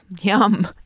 Yum